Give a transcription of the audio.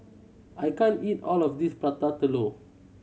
I can't eat all of this Prata Telur